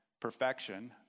perfection